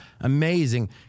amazing